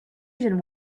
asian